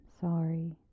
sorry